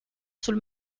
sul